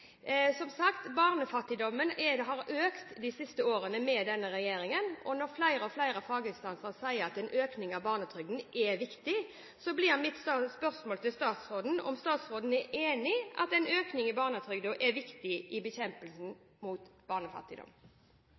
som sagt: Barnefattigdommen har økt de siste årene med denne regjeringen, og når flere og flere faginstanser sier at en økning av barnetrygden er viktig, blir mitt spørsmål til statsråden: Er statsråden enig i at en økning av barnetrygden er viktig i bekjempelsen av barnefattigdom?